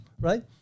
right